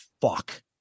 fuck